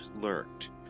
lurked